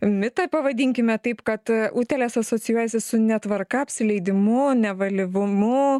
mitą pavadinkime taip kad utėlės asocijuojasi su netvarka apsileidimu nevalyvumu